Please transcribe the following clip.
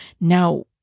Now